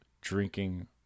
drinking